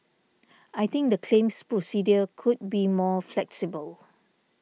I think the claims procedure could be more flexible